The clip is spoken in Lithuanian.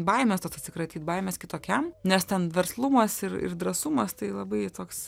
baimės tos atsikratyt baimės kitokiam nes ten verslumas ir ir drąsumas tai labai toks